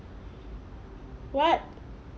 what